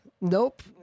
Nope